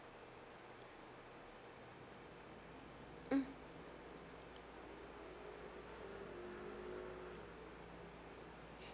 mm